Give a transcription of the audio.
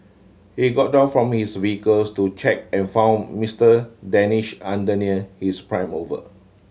he got down from his vehicles to check and found Mister Danish under near his prime mover